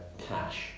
Cash